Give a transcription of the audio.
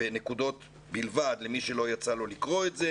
בנקודות בלבד למי שלא יצא לו לקרוא את זה: